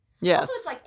Yes